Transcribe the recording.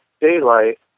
daylight